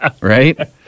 Right